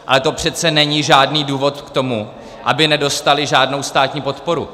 Ale to přece není žádný důvod k tomu, aby nedostali žádnou státní podporu.